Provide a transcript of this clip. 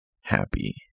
happy